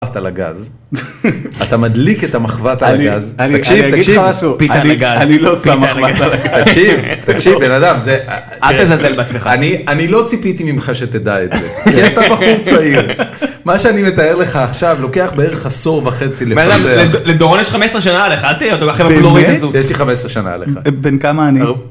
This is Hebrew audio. את על הגז. אתה מדליק את המחבת על הגז, אני... אני... תקשיב תקשיב, משהו, על הגז, אני לא שם, תקשיב, תקשיב, בן אדם, אל תזלזל בעצמך, אני... אני לא ציפיתי ממך שתדע את זה, כי אתה בחור צעיר, מה שאני מתאר לך עכשיו לוקח בערך עשור וחצי לפעמים, לדורון יש 15 שנה עליך אל תדע, יש לי 15 שנה עליך.